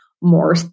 more